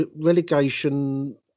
relegation